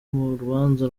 rubanza